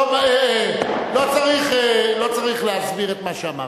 טוב, לא צריך להסביר את מה שאמרת.